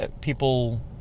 people